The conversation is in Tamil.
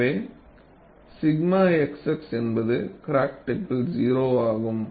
எனவே 𝛔 xx என்பது கிராக் டிப்பில் 0 ஆகும்